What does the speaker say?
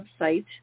website